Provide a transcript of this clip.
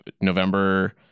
November